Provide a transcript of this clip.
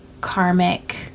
karmic